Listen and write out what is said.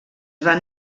van